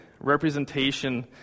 representation